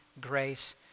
grace